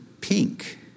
pink